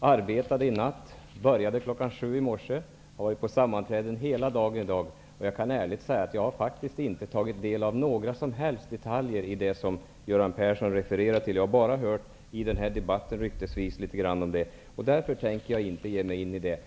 Jag arbetade i natt och började igen kl. 7 i morse, och jag har varit på sammanträden hela dagen. Jag kan ärligt säga att jag faktiskt inte har tagit del av några som helst detaljer i det som Göran Persson refererar till. Jag har bara i denna debatt hört ryktesvis litet grand om detta. Därför tänker jag inte ge mig in i detta.